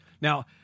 Now